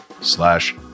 Slash